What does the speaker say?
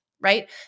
right